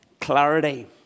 clarity